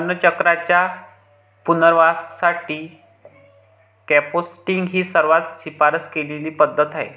अन्नकचऱ्याच्या पुनर्वापरासाठी कंपोस्टिंग ही सर्वात शिफारस केलेली पद्धत आहे